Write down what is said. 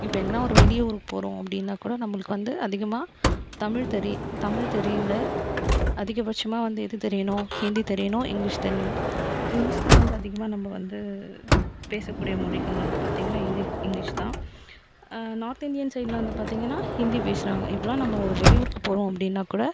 இப்போ எங்கேனா ஒரு வெளியூருக்கு போகறோம் அப்படினாக்கூட நம்மளுக்கு வந்து அதிகமாக தமிழ் தெரி தமிழ் தெரியல அதிகபட்சமாக வந்து எது தெரியணும் ஹிந்தி தெரியணும் இங்கிலீஷ் தெரியணும் இங்கிலீஷ் தான் வந்து அதிகமாக நம்ம வந்து பேசக்கூடிய மொழிகள் வந்து பார்த்திங்கன்னா இது இங்கிலீஷ் தான் நார்த் இண்டியன் சைடுல வந்து பார்த்திங்கன்னா ஹிந்தி பேசுகிறாங்க இப்போலாம் நம்ப ஒரு வெளியூருக்கு போகறோம் அப்படினா கூட